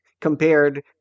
compared